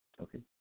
okay